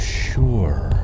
sure